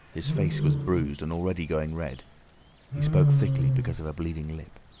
his face was bruised and already going red he spoke thickly because of a bleeding lip.